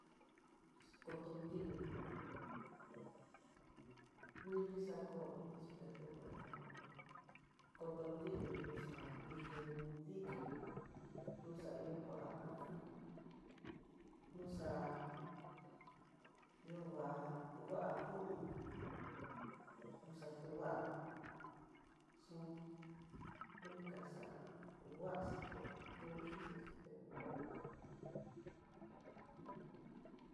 Xakoto ndinguono ngueno, nguili xako iin espejo ngueno kó koton ndiguilo xa'á, nitión dikino no xahi kuada uno noxa'á ihó ngua ko nono, noxatu nguano xo kuini kaxa nguaxa kotu unnaxa kunguano.